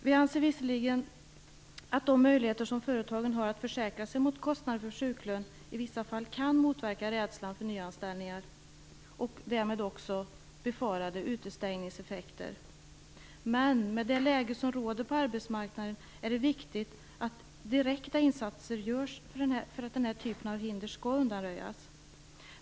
Vi anser visserligen att de möjligheter som företag har att försäkra sig mot kostnader för sjuklön i vissa fall kan motverka rädslan för nyanställningar och därmed också för befarade utestängningseffekter. Men i det läge som råder på arbetsmarknaden är det viktigt att direkta insatser görs för att denna typ av hinder skall undanröjas.